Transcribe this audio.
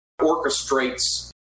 orchestrates